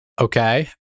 Okay